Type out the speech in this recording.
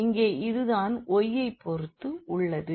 இங்கே இது தான்y ஐ பொறுத்து உள்ளது